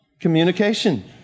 Communication